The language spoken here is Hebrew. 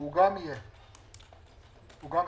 הוא גם יהיה בזום.